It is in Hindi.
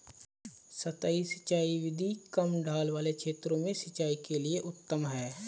सतही सिंचाई विधि कम ढाल वाले क्षेत्रों में सिंचाई के लिए उत्तम है